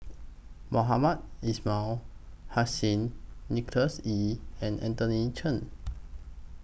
Mohamed Ismail Hussain Nicholas Ee and Anthony Chen